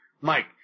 Mike